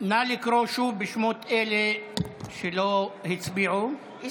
בשמות אלה שלא הצביעו.